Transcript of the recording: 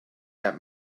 that